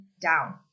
down